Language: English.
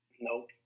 Nope